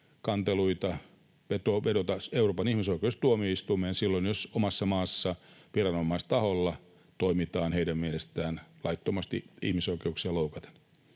kanteluita, vedota Euroopan ihmisoikeustuomioistuimeen silloin, jos omassa maassa viranomaistaholla toimitaan heidän mielestään laittomasti ihmisoikeuksia loukaten.